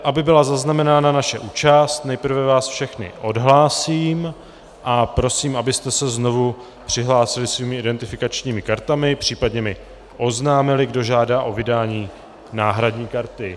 Aby byla zaznamenána naše účast, nejprve vás všechny odhlásím a prosím, abyste se znovu přihlásili svými identifikačními kartami, případně mi oznámili, kdo žádá o vydání náhradní karty.